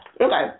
Okay